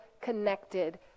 connected